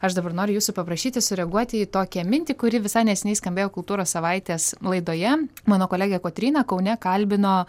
aš dabar noriu jūsų paprašyti sureaguoti į tokią mintį kuri visai neseniai skambėjo kultūros savaitės laidoje mano kolegė kotryna kaune kalbino